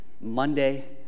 Monday